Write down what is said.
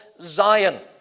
Zion